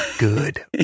Good